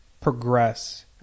progress